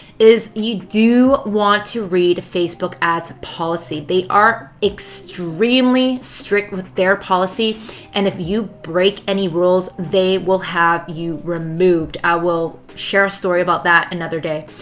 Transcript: is you do want to read facebook ads policy. they are extremely strict with their policy and if you break any rules, they will have you removed. i will share a story about that another day.